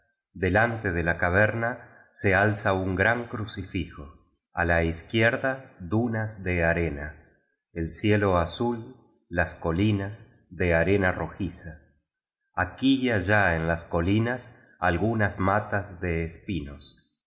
delante de la caverna se alza un gran crucifijo a la izquierda dunas de arena el cielo azul las colinas de arena rojiza aquí y allá en las colinas algunas matas de espinos